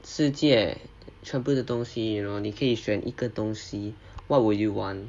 世界全部的东西然后你可以选一个东西 what would you want